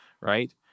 right